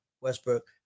Westbrook